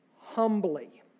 humbly